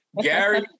Gary